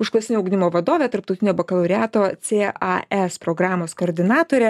užklasinio ugdymo vadovė tarptautinio bakalaureato c a s programos koordinatorė